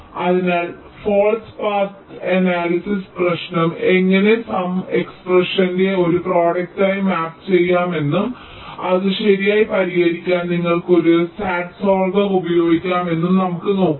അതിനാൽ false path analysis പ്രശ്നം എങ്ങനെ സം എക്സ്പ്രെഷന്റെ ഒരു പ്രോഡക്റ്റ്ആയി മാപ്പ് ചെയ്യാമെന്നും അത് ശരിയായി പരിഹരിക്കാൻ നിങ്ങൾക്ക് ഒരു SAT സോൾവർ ഉപയോഗിക്കാമെന്നും നമുക്ക് നോക്കാം